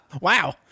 Wow